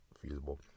feasible